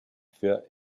für